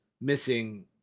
missing